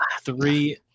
three